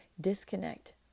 disconnect